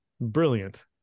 brilliant